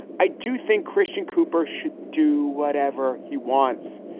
i do think christian cooper should do whatever he wants.